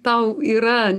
tau yra